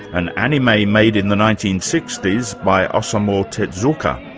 an anime made in the nineteen sixty s by osamu tezuka,